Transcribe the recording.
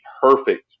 perfect